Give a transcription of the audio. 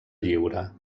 lliure